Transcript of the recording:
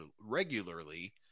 regularly